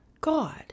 God